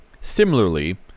Similarly